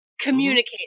communicate